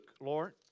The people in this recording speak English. Lord